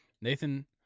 Nathan